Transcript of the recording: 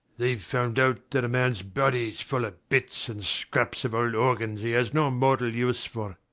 theyve found out that a man's body's full of bits and scraps of old organs he has no mortal use for.